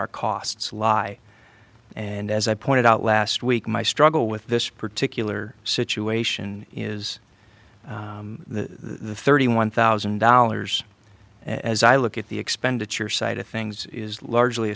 our costs lie and as i pointed out last week my struggle with this particular situation is the thirty one thousand dollars as i look at the expenditure side of things is largely